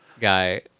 guy